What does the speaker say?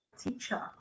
teacher